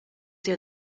see